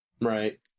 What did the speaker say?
right